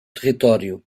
território